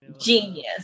genius